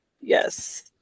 yes